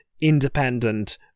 independent